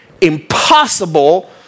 impossible